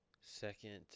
second